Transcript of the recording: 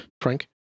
Frank